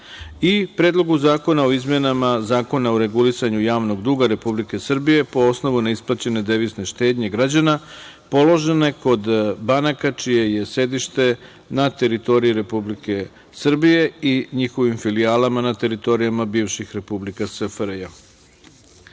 pred vama je i Zakon o regulisanju javnog duga Republike Srbije po osnovu neisplaćene devizne štednje građana položene kod banaka čije je sedište na teritoriji Republike Srbije i njihovim filijalama na teritorijama bivših republika SFRJ.